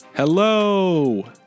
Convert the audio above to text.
Hello